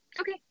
Okay